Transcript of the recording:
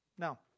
Now